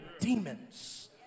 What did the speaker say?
demons